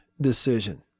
decision